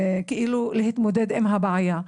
כאילו, להתמודד עם הבעיה.